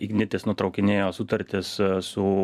ignitis nutraukinėjo sutartis su